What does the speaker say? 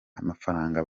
amafaranga